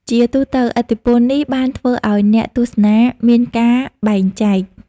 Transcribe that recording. ជាទូទៅ ឥទ្ធិពលនេះបានធ្វើឱ្យអ្នកទស្សនាមានការបែងចែក។